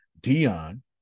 Dion